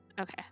Okay